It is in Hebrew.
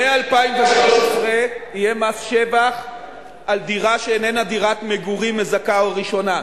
מ-2013 יהיה מס שבח על דירה שאיננה דירת מגורים מזכה או ראשונה.